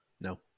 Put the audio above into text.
no